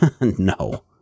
No